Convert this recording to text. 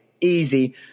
easy